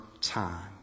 time